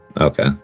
Okay